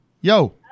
Yo